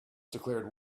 declared